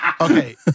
Okay